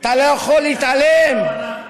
אתה לא יכול להתעלם, וכשאתה עולה לבמה,